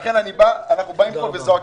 לכן אנחנו זועקים,